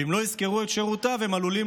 ואם לא ישכרו את שירותיו הם עלולים